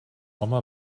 home